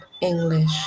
English